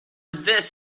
this